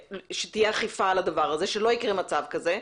שתהיה אכיפה על הדבר הזה ושלא יקרה מצב כזה,